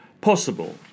possible